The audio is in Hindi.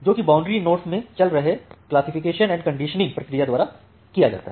जो की बौन्ड्री नोड में चल रहे क्लासिफिकेशन एंड कंडीशनिंग प्रक्रिया द्वारा किया जाता है